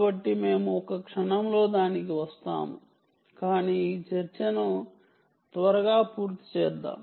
కాబట్టి మేము ఒక క్షణంలో దానికి వస్తాము కాని ఈ చర్చను త్వరగా పూర్తి చేద్దాం